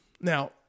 Now